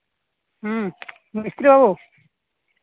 ᱦᱮᱸ ᱢᱤᱥᱛᱨᱤ ᱵᱟᱹᱵᱩ